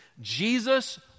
Jesus